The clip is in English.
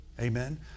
Amen